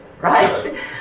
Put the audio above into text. Right